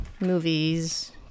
movies